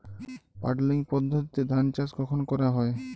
Puddling পদ্ধতিতে ধান চাষ কখন করা হয়?